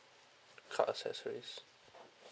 car accessories